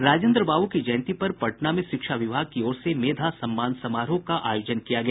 राजेन्द्र बाबू की जयंती पर पटना में शिक्षा विभाग की ओर से मेधा सम्मान समारोह का आयोजन किया गया